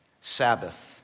sabbath